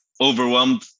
overwhelmed